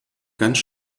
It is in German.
ganz